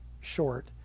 short